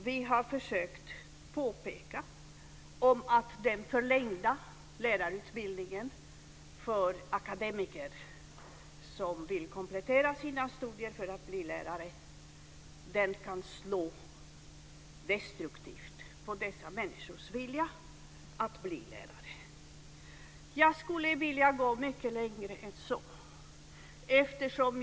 Vi har påpekat att den förlängda lärarutbildningen för akademiker som vill komplettera sina studier för att bli lärare kan slå destruktivt på dessa människors vilja att bli lärare. Jag skulle vilja gå mycket längre än så.